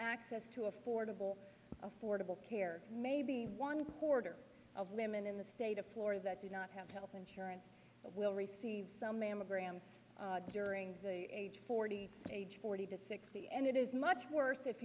access to affordable affordable care maybe one quarter of women in the state of florida that do not have health insurance will receive some mammograms during the age forty age forty to sixty and it is much worse if